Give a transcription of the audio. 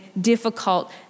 difficult